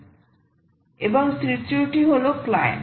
এবং তৃতীয় টি হল ক্লায়েন্ট